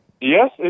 Yes